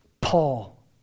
Paul